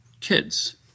kids